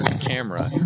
camera